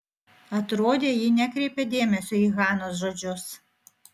atrodė ji nekreipia dėmesio į hanos žodžius